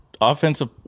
offensive